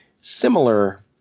similar